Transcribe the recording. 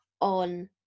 on